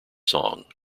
song